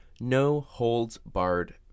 no-holds-barred